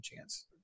chance